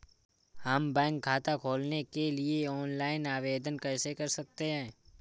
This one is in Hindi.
हम बैंक खाता खोलने के लिए ऑनलाइन आवेदन कैसे कर सकते हैं?